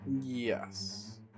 Yes